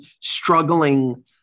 struggling